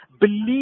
believe